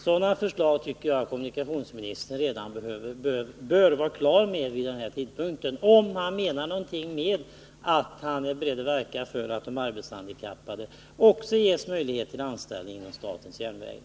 Sådana förslag tycker jag kommunikationsministern redan bör vara klar med vid den här tidpunkten - om han menar något med att han är beredd att verka för att de arbetshandikappade också ges möjligheter till anställning inom statens järnvägar.